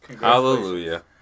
Hallelujah